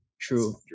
True